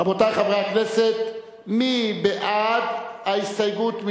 רבותי חברי הכנסת, מי בעד ההסתייגות?